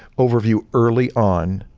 overview early on,